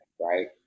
right